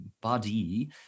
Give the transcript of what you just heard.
body